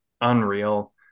unreal